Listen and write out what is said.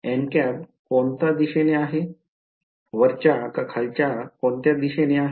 कोणता दिशेने आहे वरच्या का खालच्या कोणता दिशेने आहे